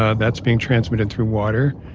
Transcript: ah that's being transmitted through water.